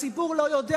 הציבור לא יודע,